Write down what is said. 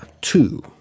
two